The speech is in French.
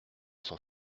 sont